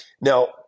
Now